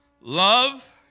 love